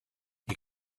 you